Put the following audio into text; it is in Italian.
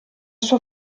sua